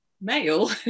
male